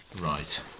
right